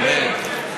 אמן.